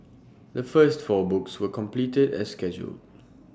the first four books were completed as scheduled